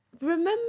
remember